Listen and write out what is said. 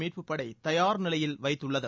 மீட்பு படை தயார் நிலையில் வைத்துள்ளது